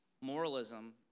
Moralism